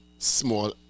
small